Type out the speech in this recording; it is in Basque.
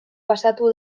pasatu